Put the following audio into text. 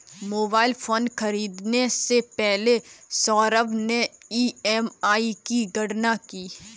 mobile phone खरीदने से पहले सौरभ ने ई.एम.आई की गणना की